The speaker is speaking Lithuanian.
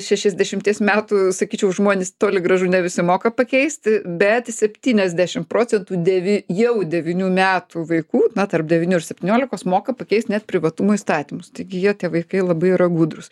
šešiasdešimties metų sakyčiau žmonės toli gražu ne visi moka pakeisti bet septyniasdešim procentų devy jau devynių metų vaikų na tarp devynių ir septyniolikos moka pakeist net privatumo įstatymus taigi jie tie vaikai labai yra gudrūs